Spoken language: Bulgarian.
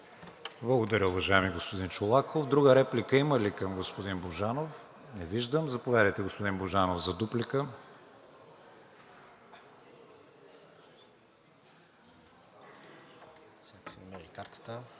Благодаря, уважаеми господин Чолаков. Друга реплика има ли към господин Божанов? Не виждам. Заповядайте, господин Божанов, за дуплика.